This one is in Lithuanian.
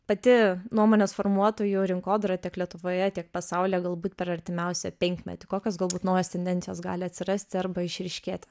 pati nuomonės formuotojų rinkodara tiek lietuvoje tiek pasaulyje galbūt per artimiausią penkmetį kokios galbūt naujos tendencijos gali atsirasti arba išryškėti